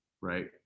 right